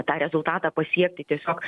tą rezultatą pasiekti tiesiog